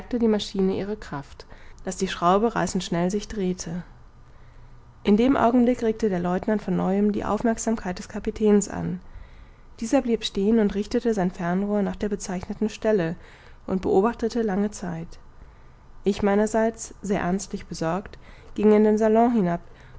die maschine ihre kraft daß die schraube reißend schnell sich drehte in dem augenblick regte der lieutenant von neuem die aufmerksamkeit des kapitäns an dieser blieb stehen und richtete sein fernrohr nach der bezeichneten stelle und beobachtete lange zeit ich meinerseits sehr ernstlich besorgt ging in den salon hinab